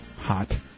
Hot